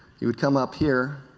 you would come up here.